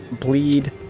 bleed